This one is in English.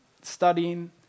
studying